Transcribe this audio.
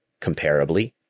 comparably